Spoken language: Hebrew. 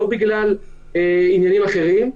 לא בגלל עניינים אחרים,